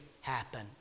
happen